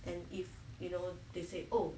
and if you know they said oh